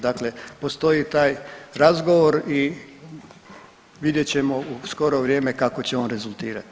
Dakle postoji taj razgovor i vidjet ćemo u skoro vrijeme kako će on rezultirati.